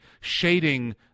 shading